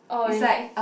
oh really